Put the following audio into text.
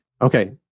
Okay